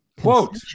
Quote